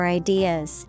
ideas